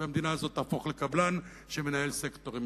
והמדינה הזאת תהפוך לקבלן שמנהל סקטורים.